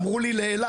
אמרו לי לאילת,